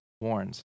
warns